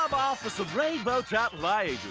um off for some rainbow trout lie.